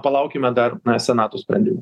palaukime dar na senato sprendimų